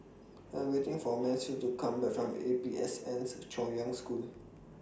I'm waiting For Mansfield to Come Back from A P S N Chaoyang School